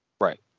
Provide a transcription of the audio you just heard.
Right